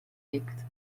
picked